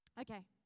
Okay